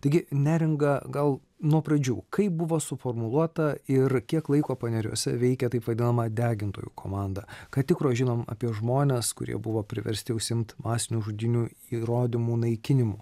taigi neringa gal nuo pradžių kaip buvo suformuluota ir kiek laiko paneriuose veikė taip vadinama degintojų komanda ką tikro žinom apie žmones kurie buvo priversti užsiimt masinių žudynių įrodymų naikinimu